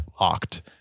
locked